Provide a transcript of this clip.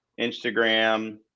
Instagram